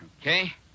Okay